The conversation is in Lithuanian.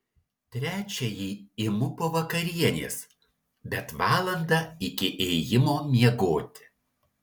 trečiąjį imu po vakarienės bet valandą iki ėjimo miegoti